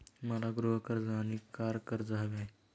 मला गृह कर्ज आणि कार कर्ज हवे आहे